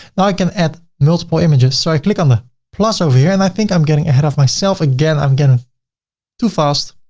now i can add multiple images. so i click on the plus over here, and i think i'm getting ahead of myself again. i'm getting too fast.